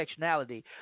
intersectionality